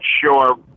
sure